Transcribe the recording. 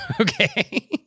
Okay